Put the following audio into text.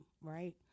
right